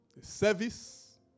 service